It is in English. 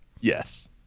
Yes